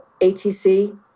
ATC